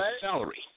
salary